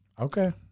Okay